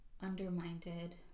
undermined